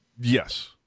Yes